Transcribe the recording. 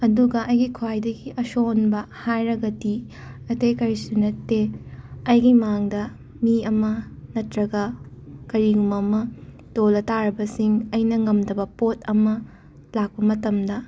ꯑꯗꯨꯒ ꯑꯩꯒꯤ ꯈ꯭ꯋꯥꯏꯗꯒꯤ ꯑꯁꯣꯟꯕ ꯍꯥꯏꯔꯒꯗꯤ ꯑꯇꯩ ꯀꯔꯤꯁꯨ ꯅꯠꯇꯦ ꯑꯩꯒꯤ ꯃꯥꯡꯗ ꯃꯤ ꯑꯃ ꯅꯠꯇ꯭ꯔꯒ ꯀꯔꯤꯒꯨꯝꯕ ꯑꯃ ꯇꯣꯜꯂ ꯇꯥꯔꯕꯁꯤꯡ ꯑꯩꯅ ꯉꯝꯗꯕ ꯄꯣꯠ ꯑꯃ ꯂꯥꯛꯄ ꯃꯇꯝꯗ